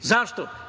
Zašto?